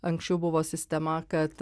anksčiau buvo sistema kad